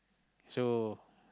so